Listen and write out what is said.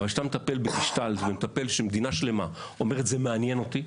אבל כשאתה מטפל ב- -- ומדינה שלמה אומרת ״זה מעניין אותי״,